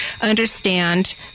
understand